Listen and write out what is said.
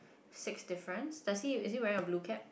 six difference does he is he wearing a blue cap